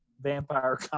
vampire